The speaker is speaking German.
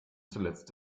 zuletzt